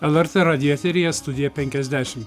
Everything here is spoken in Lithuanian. lrt radijo eteryje studija penkiasdešim